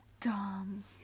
dumb